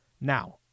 Now